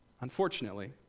Unfortunately